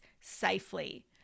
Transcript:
safely